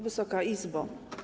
Wysoka Izbo!